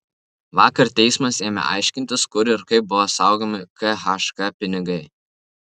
vakar teismas ėmė aiškintis kur ir kaip buvo saugomi khk pinigai